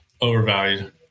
Overvalued